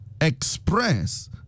express